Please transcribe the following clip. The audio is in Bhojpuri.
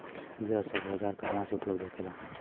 यह सब औजार कहवा से उपलब्ध होखेला?